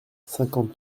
cinquante